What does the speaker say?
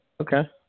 Okay